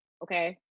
Okay